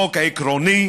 חוק עקרוני,